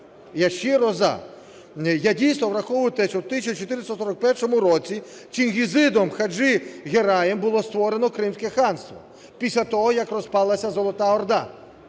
Я дійсно враховую те, що в 1441 році Чингізидом Хаджі-Гераєм було створено Кримське ханство, після того, як розпалася Золота Орда.